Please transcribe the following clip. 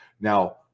now